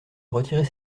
retirer